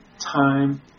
time